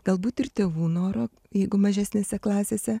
galbūt ir tėvų noro jeigu mažesnėse klasėse